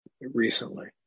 recently